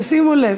תשימו לב.